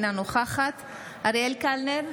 אינה נוכחת אריאל קלנר,